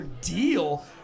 deal